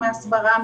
הסברה,